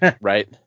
Right